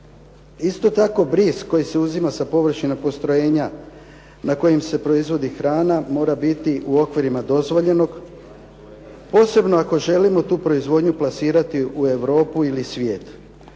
Isto tako, bris koji se uzima sa površina postrojenja na kojim se proizvodi hrana mora biti u okvirima dozvoljenog, posebno ako želimo tu proizvodnju plasirati u Europu ili svijet.